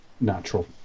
natural